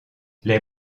les